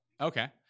Okay